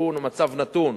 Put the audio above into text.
שהוא מצב נתון.